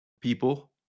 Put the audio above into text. people